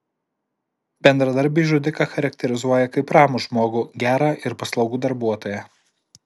bendradarbiai žudiką charakterizuoja kaip ramų žmogų gerą ir paslaugų darbuotoją